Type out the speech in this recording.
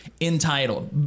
Entitled